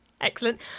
Excellent